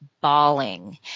bawling